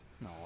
no